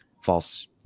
false